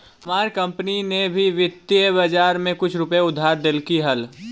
हमार कंपनी ने भी वित्तीय बाजार में कुछ रुपए उधार देलकइ हल